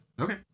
Okay